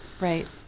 Right